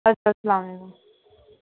اَد سا سلامُ علیکُم